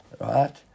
Right